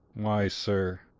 why, sir,